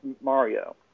Mario